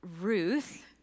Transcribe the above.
Ruth